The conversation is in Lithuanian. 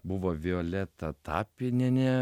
buvo violeta tapinienė